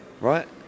right